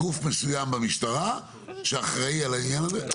הוא פונה לגוף מסוים במשטרה שאחראי על העניין הזה?